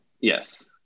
yes